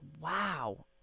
wow